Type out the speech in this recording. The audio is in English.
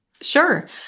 Sure